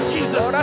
Jesus